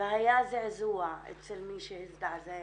והיה זעזוע אצל מי שהזדעזע